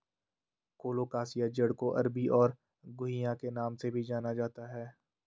colocasia जड़ को अरबी और घुइआ के नाम से भी जाना जाता है